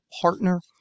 partner